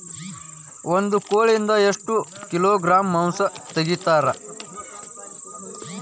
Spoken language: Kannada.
ಒಂದು ಕೋಳಿಯಿಂದ ಎಷ್ಟು ಕಿಲೋಗ್ರಾಂ ಮಾಂಸ ತೆಗಿತಾರ?